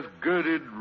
girded